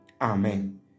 Amen